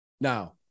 now